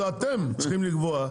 זה אתם צריכים לקבוע,